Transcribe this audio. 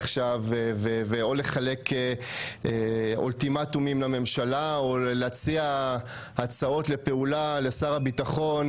או לחלק אולטימטומים לממשלה או להציע הצעות לפעולה לשר הביטחון,